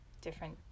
different